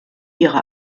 ihre